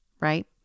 right